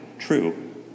True